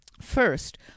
First